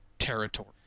territory